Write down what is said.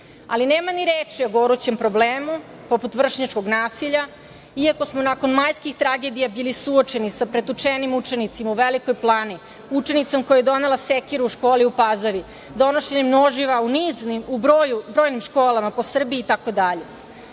ali nema ni reči o gorućem problemu poput vršnjačkog nasilja iako smo nakon majskih tragedija bili suočeni sa pretučenim učenicima u Velikoj Plani. Učenicom koja je donela sekiru u školi u Pazovi, donošenje noževa u brojnim školama po Srbiji